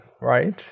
right